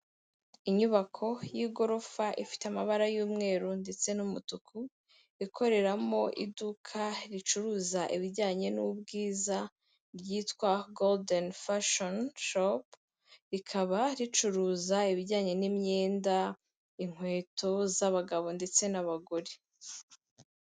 Inyubako y'igorofa ifite amabara y'umweru ndetse n'umutuku ikoreramo iduka ricuruza ibijyanye n'ubwiza ryitwa gorudeni fashoni shopu rikaba ricuruza ibijyanye n'imyenda, inkweto z'abagabo ndetse n'abagore.